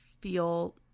feel